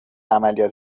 عملیات